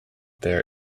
their